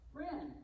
Friend